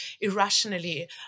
irrationally